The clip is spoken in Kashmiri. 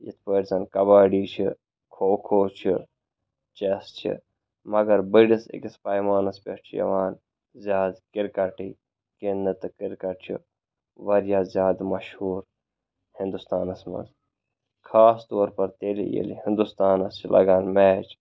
یِتھٕ پٲٹھۍ زن کبڈی چھِ کھوٗ کھوٗ چھُ چیس چھِ مگر بٔڈِس أکِس پیمانس پٮ۪ٹھ چھُ یِوان زیادٕ کِرکٹٕے گِنٛدنہٕ تہٕ کِرٛکٹ چھُ واریاہ زیٛادٕ مشہوٗر